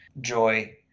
joy